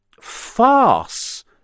farce